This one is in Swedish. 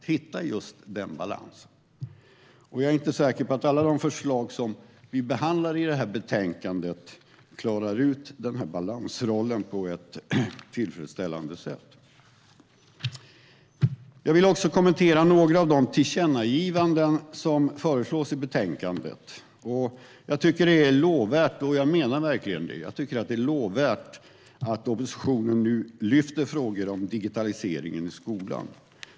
Det gäller att hitta den balansen, och jag är inte säker på att alla de förslag vi behandlar i detta betänkande klarar ut balansrollen på ett tillfredsställande sätt. Jag vill också kommentera några av de tillkännagivanden som föreslås i betänkandet. Jag tycker att det är lovvärt - och jag menar verkligen det - att oppositionen nu lyfter fram frågor om digitaliseringen av skolan.